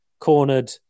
Cornered